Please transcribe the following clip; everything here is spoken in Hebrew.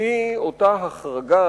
והיא אותה החרגה